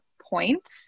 point